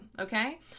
okay